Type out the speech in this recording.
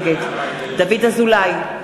נגד דוד אזולאי,